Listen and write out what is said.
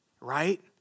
right